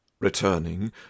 returning